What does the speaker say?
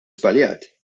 żbaljat